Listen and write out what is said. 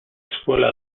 escuela